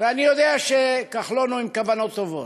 אני יודע שכחלון הוא עם כוונות טובות,